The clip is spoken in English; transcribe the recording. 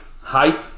Hype